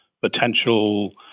potential